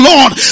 Lord